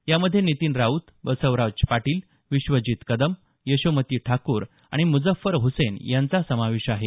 यामध्ये नितीन राऊत बसवराज पाटील विश्वजित कदम यशोमती ठाकूर आणि मुझ्झफर हुसेन यांचा समावेश आहे